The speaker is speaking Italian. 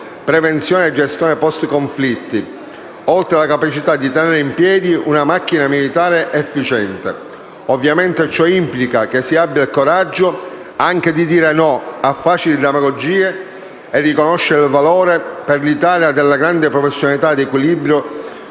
prevenzione e gestione dei post-conflitti, oltre alla capacità di tenere in piedi una macchina militare efficiente. Ovviamente, ciò implica che si abbia il coraggio anche di dire no a facili demagogie e di riconoscere il valore, per l'Italia, della grande professionalità e dell'equilibrio